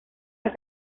las